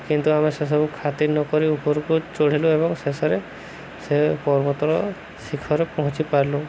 କିନ୍ତୁ ଆମେ ସେସବୁ ଖାତିର ନକରି ଉପରକୁ ଚଢ଼ିଲୁ ଏବଂ ଶେଷରେ ସେ ପର୍ବତର ଶିଖରେ ପହଞ୍ଚି ପାରିଲୁ